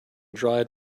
dried